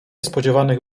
spodziewanych